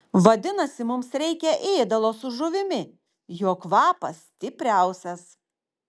vadinasi mums reikia ėdalo su žuvimi jo kvapas stipriausias